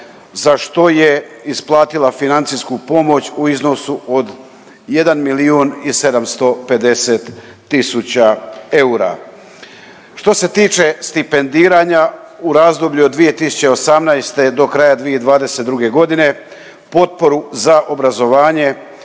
za što je isplatila financijsku pomoć u iznosu od 1 milijun i 750 tisuća eura. Što se tiče stipendiranja u razdoblju od 2018. do kraja 2022. godine potporu za obrazovanje